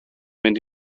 mynd